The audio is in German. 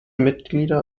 mitglieder